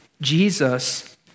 Jesus